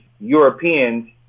Europeans